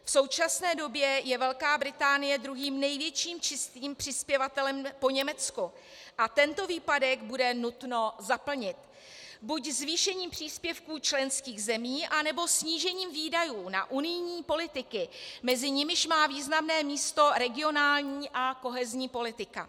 V současné době je Velká Británie druhým největším čistým přispěvatelem po Německu a tento výpadek bude nutno zaplnit buď zvýšením příspěvků členských zemí, anebo snížením výdajů na unijní politiky, mezi nimiž má významné místo regionální a kohezní politika.